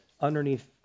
underneath